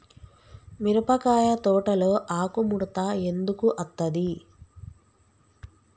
మిరపకాయ తోటలో ఆకు ముడత ఎందుకు అత్తది?